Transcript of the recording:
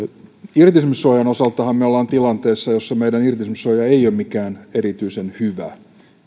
irtisanomissuojan osaltahan me olemme tilanteessa jossa meidän irtisanomissuoja ei ole mikään erityisen hyvä